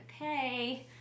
okay